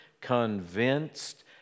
Convinced